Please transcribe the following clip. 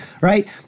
right